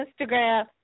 Instagram